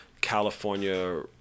California